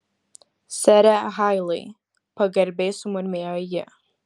sere hailai pagarbiai sumurmėjo ji